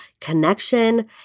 connection